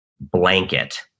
blanket